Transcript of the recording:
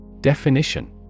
Definition